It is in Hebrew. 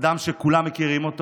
אדם שכולם מכירים,